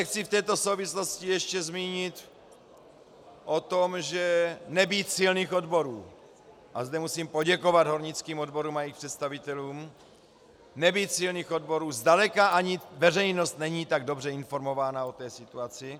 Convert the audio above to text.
Chci se v této souvislosti ještě zmínit o tom, že nebýt silných odborů, a zde musím poděkovat hornickým odborům a jejich představitelům, nebýt silných odborů, zdaleka ani veřejnost není tak dobře informována o této situaci.